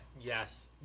Yes